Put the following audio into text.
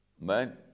man